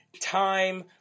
time